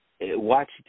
watch